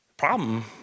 problem